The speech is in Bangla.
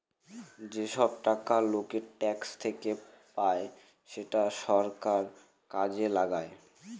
যেসব টাকা লোকের ট্যাক্স থেকে পায় সেটা সরকার কাজে লাগায়